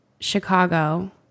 Chicago